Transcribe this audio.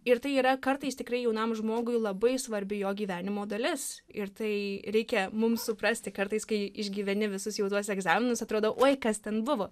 ir tai yra kartais tikrai jaunam žmogui labai svarbi jo gyvenimo dalis ir tai reikia mums suprasti kartais kai išgyveni visus jau tuos egzaminus atrodo oi kas ten buvo